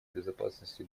безопасности